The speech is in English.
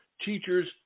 teachers